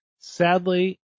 Sadly